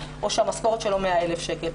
או שהמשכורת שלו היא 100,000 שקל.